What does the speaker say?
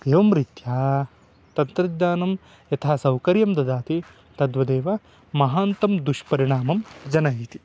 एवं रीत्या तन्त्रज्ञानं यथा सौकर्यं ददाति तद्वदेव महान्तं दुष्परिणामं जनयति